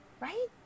Right